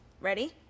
Ready